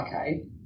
okay